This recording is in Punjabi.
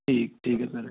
ਠੀਕ ਠੀਕ ਹੈ ਸਰ